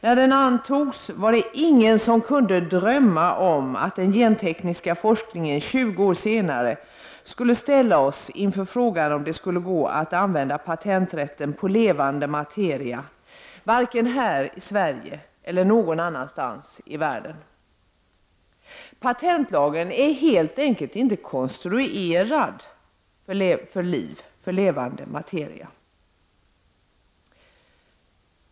När den antogs var det ingen som kunde drömma om varken här i Sverige eller någon annanstans i världen, att den gentekniska forskningen tjugo år senare skulle ställa oss inför frågan om det skulle gå att använda patenträtten på levande materia. Patentlagen är helt enkelt inte konstruerad för levande materia.